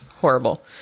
horrible